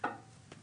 נכון.